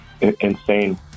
Insane